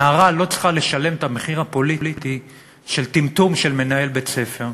נערה לא צריכה לשלם את המחיר הפוליטי של טמטום של מנהל בית-ספר.